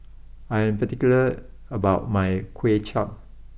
I am particular about my Kway Chap